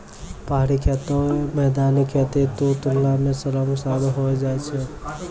पहाड़ी खेती मैदानी खेती रो तुलना मे श्रम साध होय जाय छै